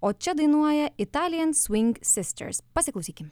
o čia dainuoja italijan sving sisters pasiklausykim